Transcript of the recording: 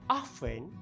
often